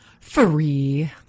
Free